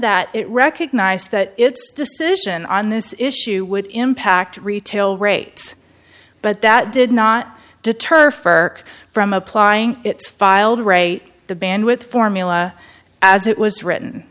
that it recognized that its decision on this issue would impact retail rates but that did not deter fur from applying its filed rate the bandwidth formula as it was written